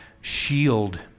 shield